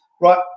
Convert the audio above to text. Right